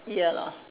ya lah